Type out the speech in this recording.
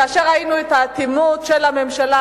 כאשר ראינו את האטימות של הממשלה,